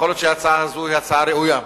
יכול להיות שההצעה הזאת היא הצעה ראויה,